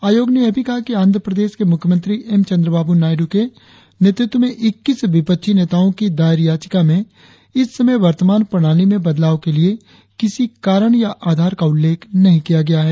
आयोग ने यह भी कहा कि आंध्रप्रदेश के मुख्यमंत्री एम चन्द्रबाब् नायड़ के नेतृत्व में इक्कीस विपक्षी नेताओ की दायर याचिका में इस समय वर्तमान प्रणाली में बदलाव के लिए किसी कारण या आधार का उल्लेख नही किया गया है